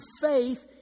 faith